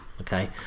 okay